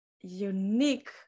unique